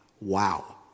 Wow